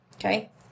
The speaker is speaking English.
Okay